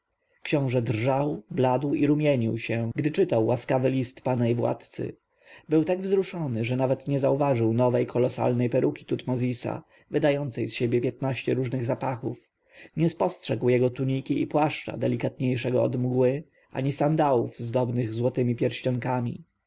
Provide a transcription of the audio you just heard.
książę drżał bladł i rumienił się gdy czytał łaskawy list pana i władcy był tak wzruszony że nawet nie zauważył nowej kolosalnej peruki tutmozisa wydającej z siebie piętnaście różnych zapachów nie spostrzegł jego tuniki i płaszcza delikatniejszego od mgły ani sandałów zdobnych złotemi pierścionkami